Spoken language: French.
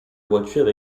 voiture